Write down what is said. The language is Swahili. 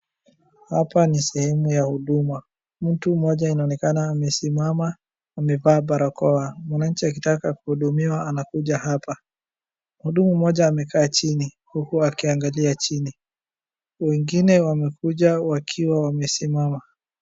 Hapa ni sehemu ya huduma. Mtu mmoja anaonekana amesimama amevaa barakoa, mwananchi akitaka kuhudumu anakuja hapa. Mhudumu mmoja amekaa chini, huku akiangalia chini, wengine wamekuja wakiwa wamesimama.